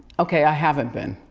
okay, i haven't been.